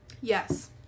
Yes